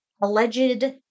alleged